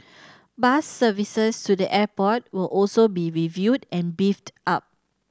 bus services to the airport will also be reviewed and beefed up